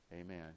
Amen